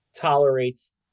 tolerates